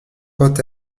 quant